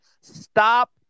Stop